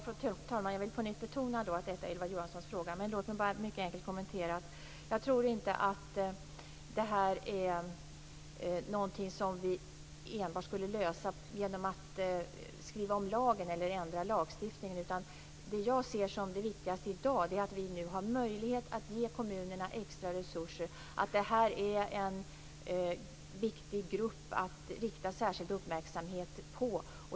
Fru talman! Jag vill på nytt betona att detta är Ylva Johanssons fråga. Men låt mig bara mycket enkelt kommentera. Jag tror inte att det här är något som vi enbart skulle kunna lösa genom att skriva om lagen eller ändra lagstiftningen. Det jag ser som det viktigaste i dag är att vi nu har möjlighet att ge kommunerna extra resurser. Det här är en viktig grupp att rikta särskild uppmärksamhet på.